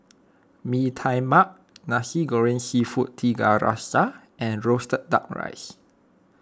Mee Tai Mak Nasi Goreng Seafood Tiga Rasa and Roasted Duck Rice